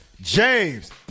James